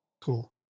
Cool